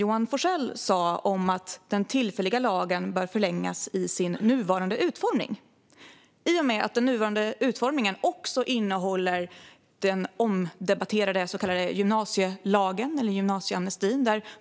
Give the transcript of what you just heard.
Johan Forssell sa att den tillfälliga lagen bör förlängas i sin nuvarande utformning i och med att den nuvarande utformningen också innehåller den omdebatterade så kallade gymnasielagen eller gymnasieamnestin.